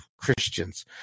Christians